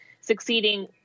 succeeding